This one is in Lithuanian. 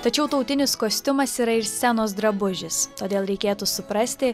tačiau tautinis kostiumas yra ir scenos drabužis todėl reikėtų suprasti